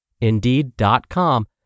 Indeed.com